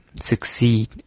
succeed